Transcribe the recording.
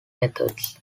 methods